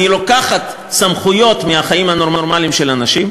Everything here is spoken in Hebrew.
אני לוקחת סמכויות מהחיים הנורמליים של אנשים,